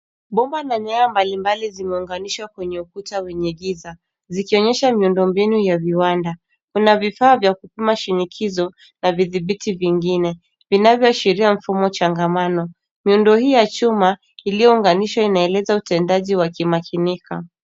Bomba la nyaya mbalimbali zimeunganishwa kwenye ukuta wenye giza zikionyesha miundo mbinu ya viwanda. Kuna vifaa vya kupima shinikizo na vidhibiti vingine vinavyo ashiria vifaa changamano. Miundo hii ya chuma iliyo unganishwa inaeleza utendaji wa kimakinika.